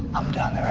i'm down